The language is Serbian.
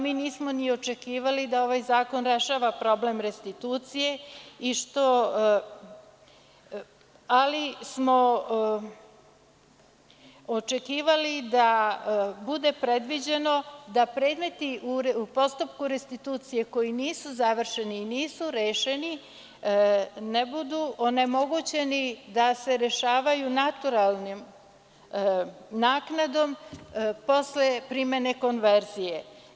Mi nismo ni očekivali da ovaj zakon rešava problem restitucije, ali smo očekivali da bude predviđeno da predmeti u postupku restitucije koji nisu završeni, koji nisu rešeni ne budu onemogućeni da se rešavaju naturalnom naknadom posle primene konverzije.